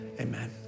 Amen